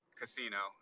casino